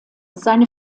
seine